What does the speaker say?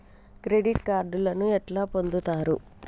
Credit కార్డులను ఎట్లా పొందుతరు?